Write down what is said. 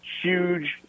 huge